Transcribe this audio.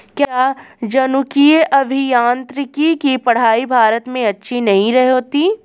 क्या जनुकीय अभियांत्रिकी की पढ़ाई भारत में अच्छी नहीं होती?